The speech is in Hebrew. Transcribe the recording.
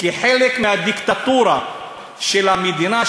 כחלק מהדיקטטורה של המדינה,